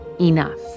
enough